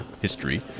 history